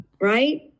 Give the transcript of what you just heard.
Right